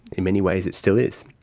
in many ways it still is.